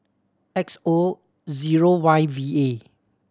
X O zero Y V A